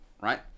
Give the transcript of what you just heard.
right